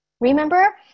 Remember